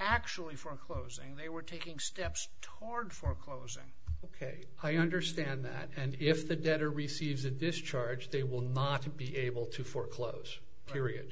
actually foreclosing they were taking steps toward foreclosing ok i understand that and if the debtor receives a discharge they will not be able to foreclose period